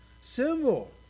symbol